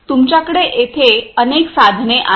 तुमच्याकडे तेथे अनेक साधने आहेत